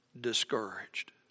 discouraged